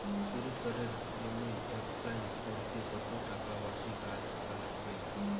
Credit কার্ডের জইন্যে apply করিতে কতো টাকা মাসিক আয় থাকা নাগবে?